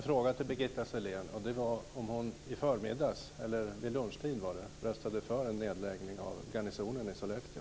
Fru talman! Jag har en fråga till Birgitta Sellén, och det är om hon vid lunchdags röstade för en nedläggning av garnisonen i Sollefteå.